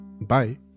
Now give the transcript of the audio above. Bye